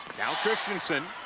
now christiansen.